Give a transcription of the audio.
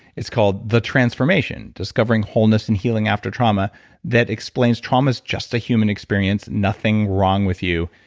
it's called the transformation discovering wholeness and healing after trauma that explains trauma's just a human experience. nothing wrong with you.